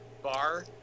bar